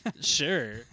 sure